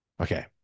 Okay